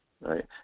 right